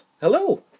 Hello